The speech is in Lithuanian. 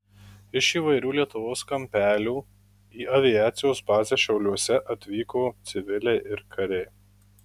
iš įvairių lietuvos kampelių į aviacijos bazę šiauliuose atvyko civiliai ir kariai